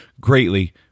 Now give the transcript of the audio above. greatly